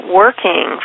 working